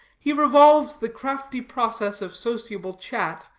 he revolves the crafty process of sociable chat,